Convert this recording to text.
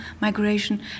migration